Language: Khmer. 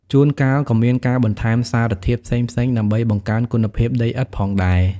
ជួនកាលក៏មានការបន្ថែមសារធាតុផ្សេងៗដើម្បីបង្កើនគុណភាពដីឥដ្ឋផងដែរ។